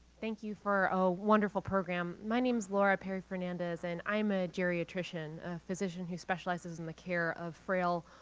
thank you for a wonderful program. my name's laura perry fernandez and i'm a geriatrician, a physician who specializes in the care of frail,